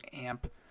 amp